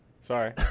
Sorry